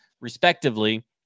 respectively